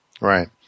Right